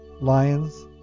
Lions